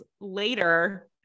later